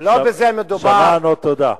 תודה.